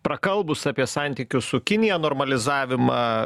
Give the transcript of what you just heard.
prakalbus apie santykių su kinija normalizavimą